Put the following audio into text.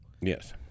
Yes